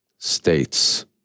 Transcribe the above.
states